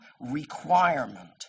requirement